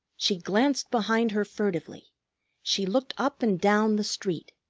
she glanced behind her furtively she looked up and down the street.